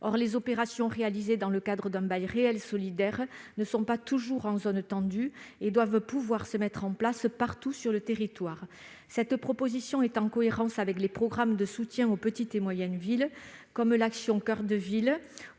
Or les opérations réalisées dans le cadre d'un bail réel solidaire ne sont pas toujours en zones tendues et doivent pouvoir se mettre en place partout sur le territoire. Cette proposition est en cohérence avec les programmes de soutien aux petites et moyennes villes, comme « Action coeur de ville